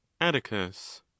atticus